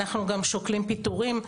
אנחנו גם שוקלים פיטורים,